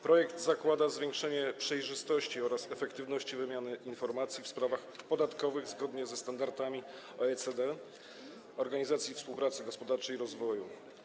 Projekt zakłada zwiększenie przejrzystości oraz efektywności wymiany informacji w sprawach podatkowych, zgodnie ze standardami OECD, Organizacji Współpracy Gospodarczej i Rozwoju.